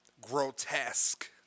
grotesque